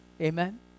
Amen